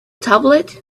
tablet